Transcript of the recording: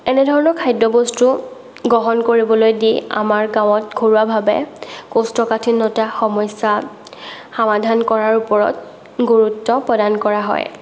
এনে ধৰণৰ খাদ্যবস্তু গ্ৰহণ কৰিবলৈ দি আমাৰ গাঁৱত ঘৰুৱাভাৱে কৌষ্ঠকাঠিন্যতা সমস্যা সামাধান কৰাৰ ওপৰত গুৰুত্ব প্ৰদান কৰা হয়